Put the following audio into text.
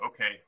okay